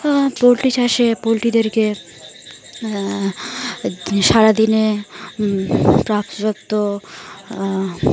poultry চাষে পোলট্রিদেরকে সারাদিনে প্রাপযক্ত